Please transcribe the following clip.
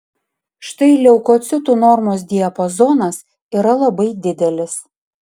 štai leukocitų normos diapazonas yra labai didelis